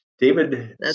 David